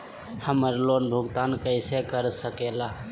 हम्मर लोन भुगतान कैसे कर सके ला?